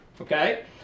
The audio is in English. Okay